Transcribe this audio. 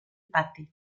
pati